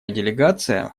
делегация